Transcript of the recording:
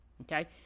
okay